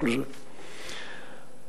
ולאחר סיום שלב זה תגובש העמדה הסופית,